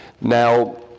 Now